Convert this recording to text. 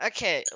Okay